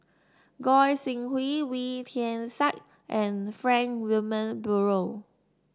Goi Seng Hui Wee Tian Siak and Frank Wilmin Brewer